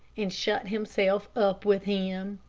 and shut himself up with him.